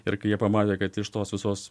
ir kai jie pamatė kad iš tos visos